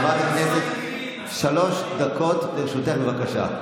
חברת הכנסת, שלוש דקות לרשותך בבקשה.